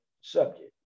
subject